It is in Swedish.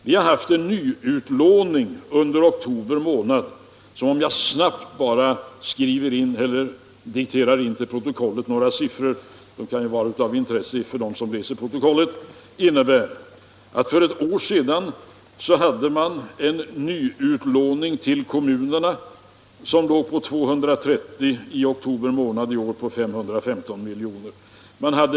Vi har haft en nyutlåning som jag snabbt bara skall diktera in några siffror om till protokollet. Det kan ju vara av intresse för dem som läser protokollet. Nyutlåningen till kommunerna låg i oktober månad förra året på 230 miljoner. I oktober i år låg den på 515 miljoner.